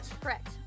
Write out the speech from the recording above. Correct